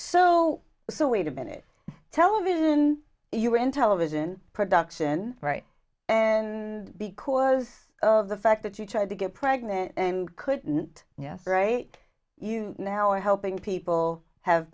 so so wait a minute television you are in television production right and because of the fact that you tried to get pregnant and couldn't yes right you now are helping people have